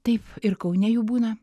taip ir kaune jų būna